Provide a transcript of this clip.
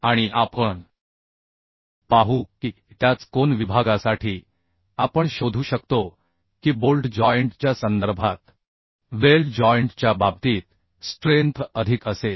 आणि आपण पाहू की त्याच कोन विभागासाठी आपण शोधू शकतो की बोल्ट जॉइंट च्या संदर्भात वेल्ड जॉइंट च्या बाबतीत स्ट्रेंथ अधिक असेल